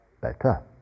Better